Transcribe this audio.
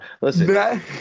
Listen